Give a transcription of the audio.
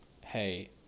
hey